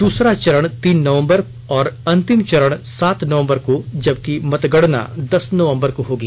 दूसरा चरण तीन नवंबर और अंतिम चरण सात नवंबर को जबकि मतगणना दस नवंबर को होगी